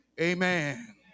amen